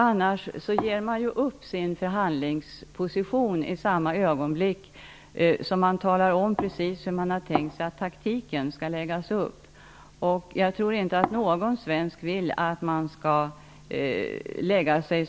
Annars ger man upp sin förhandlingsposition i samma ögonblick som man talar om precis hur man har tänkt sig att taktiken skall läggas upp. Jag tror inte att någon svensk vill att man skall lägga sig